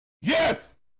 Yes